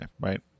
right